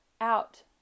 out